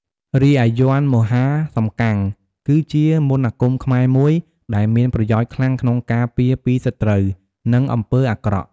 រីឯយ័ន្តមហាសំកាំង គឺជាមន្តអាគមខ្មែរមួយដែលមានប្រយោជន៍ខ្លាំងក្នុងការពារពីសត្រូវ និងអំពើអាក្រក់។